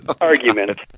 argument